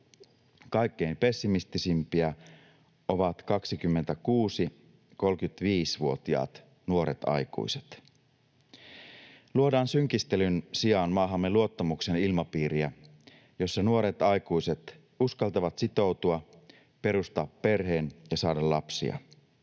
Kaikkein pessimistisimpiä ovat 26—35-vuotiaat nuoret aikuiset. Luodaan synkistelyn sijaan maahamme luottamuksen ilmapiiriä, jossa nuoret aikuiset uskaltavat sitoutua, perustaa perheen ja saada lapsia.